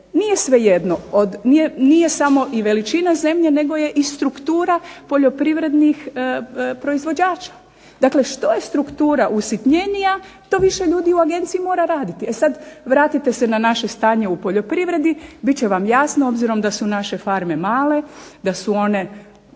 nije svejedno. Nije samo i veličina zemlje nego je i struktura poljoprivrednih proizvođača dakle što je struktura usitnjenija to više ljudi u agenciji mora raditi. E sad, vratite se na naše stanje u poljoprivredi, bit će vam jasno obzirom da su naše farme male, da su one